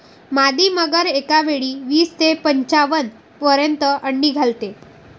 मादी मगर एकावेळी वीस ते पंच्याण्णव पर्यंत अंडी घालते